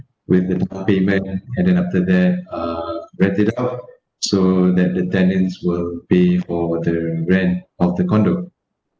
with the public bank and then after that uh rent it out so that the tenants will pay for the rent of the condo